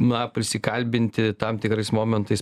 na prisikalbinti tam tikrais momentais